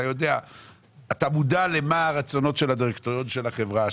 אתה מודע לרצונות של הדירקטוריון של החברה,